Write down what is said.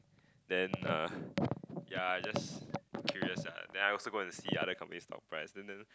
then uh ya I just curious ah then I also go and see other companies' stock price then then